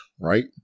right